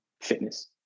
fitness